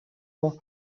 auch